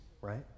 right